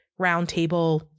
roundtable